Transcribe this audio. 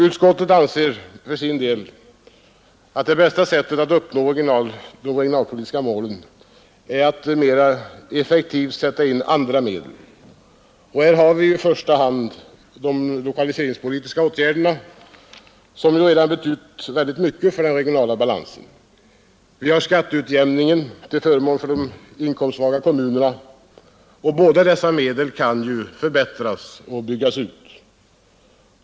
Utskottet anser för sin del att det bästa sättet att uppnå de regionalpolitiska målen är att mer effektivt sätta in andra medel. Här har vi i första hand de lokaliseringspolitiska åtgärderna som redan betytt mycket för den regionala balansen. Vi har också skatteutjämningen till förmån för de inkomstsvaga kommunerna. Båda dessa medel kan förbättras och byggas ut.